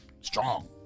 strong